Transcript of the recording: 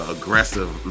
aggressive